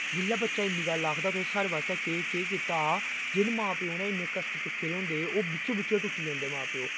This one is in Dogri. जिसलै बच्चा इन्नी गल्ल आखदा तुसें साढ़ै बास्तै केह् कीता हा जिन्न मां प्यो नै इन्ने कश्ट कीते दे होंदे ओह् बिच्चों बिच्च टुट्टी जंदे मां प्यो